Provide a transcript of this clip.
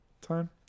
time